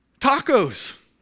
tacos